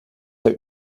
der